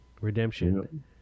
Redemption